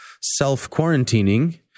self-quarantining